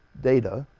data.